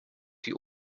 die